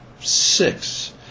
six